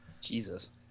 Jesus